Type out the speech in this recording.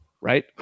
right